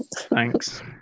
thanks